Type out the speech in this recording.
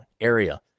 area